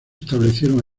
establecieron